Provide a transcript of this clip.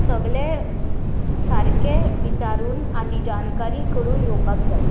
सगलें सारकें विचारून आनी जानकारी करून येवपाक जाय